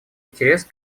интерес